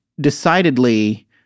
decidedly